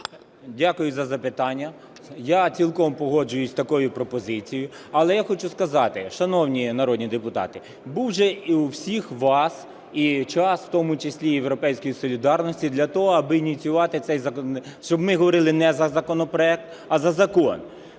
Дякую за запитання. Я цілком погоджуюсь з такою пропозицією. Але я хочу сказати, шановні народні депутати, був же у всіх вас і час, в тому числі і в "Європейської солідарності", для того, аби ініціювати цей законопроект, щоб ми говорили не за законопроект, а за закон.